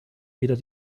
weder